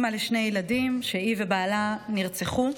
אימא לשני ילדים, שהיא ובעלה נרצחו.